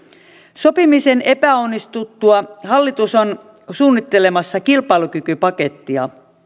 sopimisen epäonnistuttua hallitus on suunnittelemassa kilpailukykypakettia